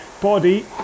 body